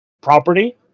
property